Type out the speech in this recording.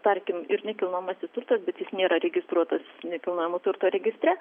tarkim ir nekilnojamasis turtas bet jis nėra registruotas nekilnojamo turto registre